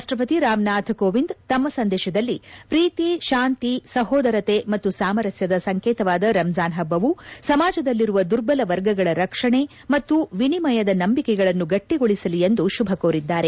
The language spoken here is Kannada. ರಾಷ್ಟಪತಿ ರಾಮನಾಥ್ ಕೋವಿಂದ್ ತಮ್ನ ಸಂದೇತದಲ್ಲಿ ಪ್ರೀತಿ ಶಾಂತಿಸಹೋದರತೆ ಮತ್ತು ಸಾಮರಸ್ಥದ ಸಂಕೇತವಾದ ರಂಜಾನ್ ಹಬ್ಬವು ಸಮಾಜದಲ್ಲಿರುವ ದುರ್ಬಲ ವರ್ಗಗಳ ರಕ್ಷಣೆ ಮತ್ತು ವಿನಿಮಯದ ನಂಬಿಕೆಗಳನ್ನು ಗಟ್ಟಿಗೊಳಿಸಲಿ ಎಂದು ಶುಭ ಕೋರಿದ್ದಾರೆ